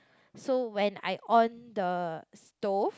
so when I on the stove